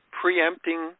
preempting